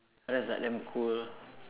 ya that's like damn cool